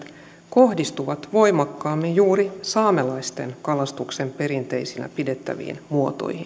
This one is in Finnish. kohdistuvat voimakkaimmin juuri saamelaisten kalastuksen perinteisinä pidettäviin muotoihin